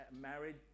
married